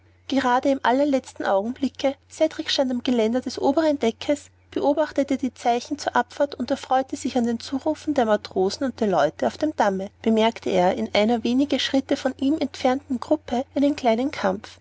gerade im allerletzten augenblicke cedrik stand am geländer des oberen deckes beobachtete die zeichen zur abfahrt und erfreute sich an den zurufen der matrosen und der leute auf dem damme bemerkte er in einer wenige schritte von ihm entfernten gruppe einen kleinen kampf